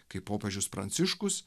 kai popiežius pranciškus